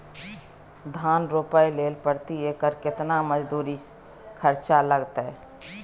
धान रोपय के लेल प्रति एकर केतना मजदूरी खर्चा लागतेय?